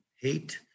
hate